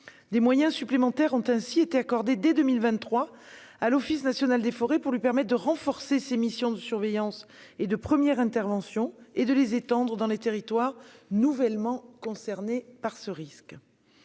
Des moyens supplémentaires ont ainsi été accordés dès 2023 à l'Office national des forêts pour lui permettre de renforcer ses missions de surveillance et de première intervention et de les étendre dans les territoires nouvellement concernés par ce risque.